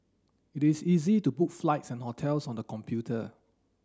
it is easy to book flights and hotels on the computer